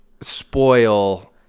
spoil